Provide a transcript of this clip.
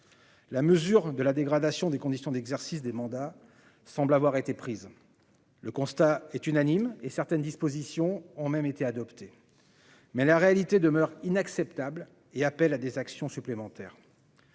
la mesure de la dégradation des conditions d'exercice des mandats semble avoir été prise, le constat est unanime et certaines dispositions ont même été adopté mais la réalité demeure inacceptable et appelle à des actions supplémentaires.